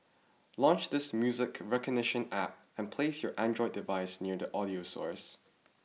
launch this music recognition App and place your Android device near the audio source